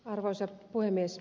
arvoisa puhemies